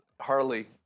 Harley